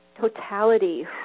totality